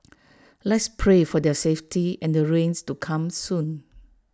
let's pray for their safety and the rains to come soon